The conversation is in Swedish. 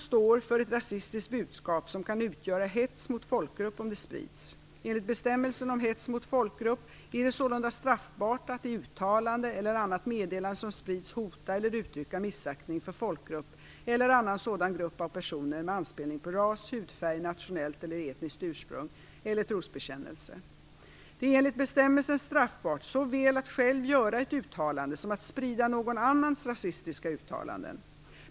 brottsbalken, är det sålunda straffbart att i uttalande eller annat meddelande som sprids hota eller uttrycka missaktning för folkgrupp eller annan sådan grupp av personer med anspelning på ras, hudfärg, nationellt eller etniskt ursprung eller trosbekännelse. Det är enligt bestämmelsen straffbart såväl att själv göra ett uttalande som att sprida någon annans rasistiska uttalanden.